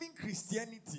Christianity